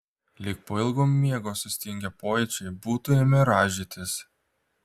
lyg po ilgo miego sustingę pojūčiai būtų ėmę rąžytis